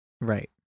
right